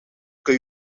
kun